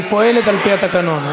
היא פועלת על-פי התקנון.